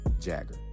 Jagger